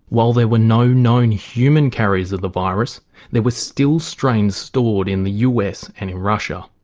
while there were no known human carriers of the virus there were still strains stored in the us and in russia.